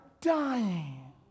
dying